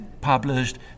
published